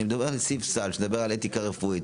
אני מדבר על סעיף סל שמדבר על אתיקה רפואית,